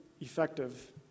effective